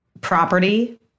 property